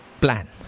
plan